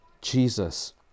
Jesus